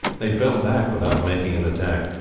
they fell back without making an attack,